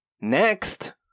next